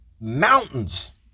mountains